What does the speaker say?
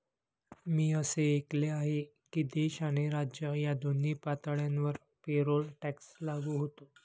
मी असे ऐकले आहे की देश आणि राज्य या दोन्ही पातळ्यांवर पेरोल टॅक्स लागू होतो